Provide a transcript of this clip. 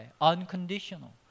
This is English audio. unconditional